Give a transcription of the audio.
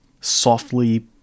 softly